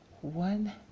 one